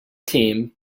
team